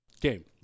game